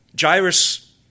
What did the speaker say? Jairus